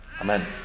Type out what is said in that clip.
Amen